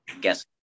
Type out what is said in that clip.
guess